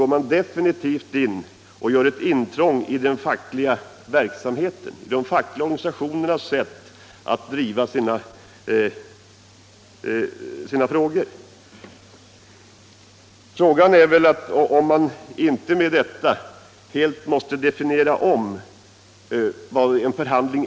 De vill definitivt göra intrång i den fackliga verksamheten och i de fackliga organisationernas sätt att driva sitt arbete. Frågan är väl om man inte i och med detta helt måste definiera om begreppet förhandling.